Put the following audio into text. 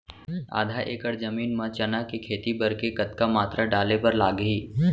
आधा एकड़ जमीन मा चना के खेती बर के कतका मात्रा डाले बर लागही?